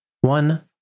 One